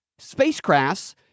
spacecrafts